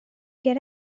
get